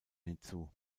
hinzu